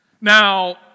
Now